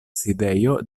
sidejo